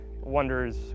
wonders